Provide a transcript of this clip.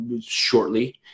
shortly